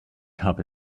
gab